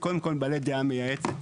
הם קודם כל בעלי דעה מייעצת.